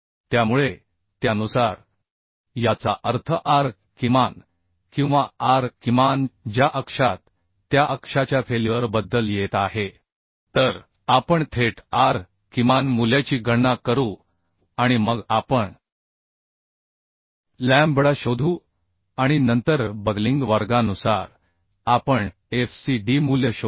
त्यामुळे त्यानुसार याचा अर्थ R किमान किंवा R किमान ज्या अक्षात त्या अक्षाच्या फेल्युअर बद्दल येत आहे तर आपण थेट R किमान मूल्याची गणना करू आणि मग आपण लॅम्बडा शोधू आणि नंतर बकलिंग वर्गानुसार आपण FCD मूल्य शोधू